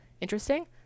interesting